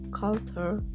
culture